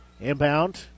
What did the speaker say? Inbound